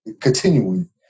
continuing